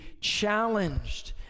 challenged